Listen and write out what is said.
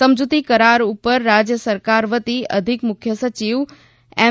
સમજૂતી કરાર ઉપર રાજ્ય સરકાર વતી અધિક મુખ્ય સચિવ એમ